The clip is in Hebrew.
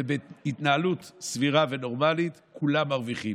ובהתנהלות סבירה ונורמלית כולם מרוויחים.